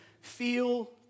feel